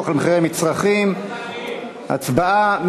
הצבעה.